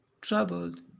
troubled